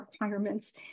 requirements